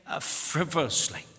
frivolously